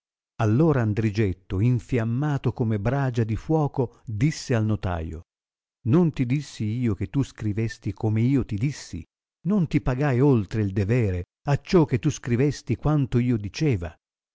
allora andrigetto infiammato come bragia di fuoco disse al notaio non ti dissi io che tu scrivesti com io ti dissi non ti pagai oltre il devere acciò che tu scrivesti quanto io diceva